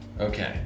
Okay